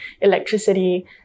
electricity